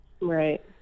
Right